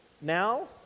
now